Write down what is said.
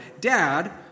Dad